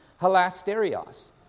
halasterios